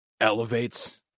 elevates